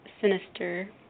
sinister